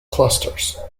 clusters